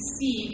see